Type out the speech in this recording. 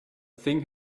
thing